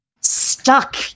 stuck